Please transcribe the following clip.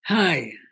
Hi